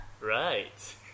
Right